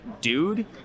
dude